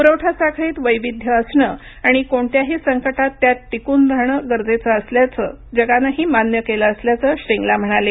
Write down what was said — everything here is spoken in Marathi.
पुरवठा साखळीत वैविध्य असणं आणि कोणत्याही संकटात त्या टिकून राहणं गरजेचं असल्याचं जगानंही मान्य केलं असल्याचं श्रींगला म्हणाले